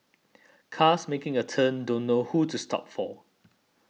cars making a turn don't know who to stop for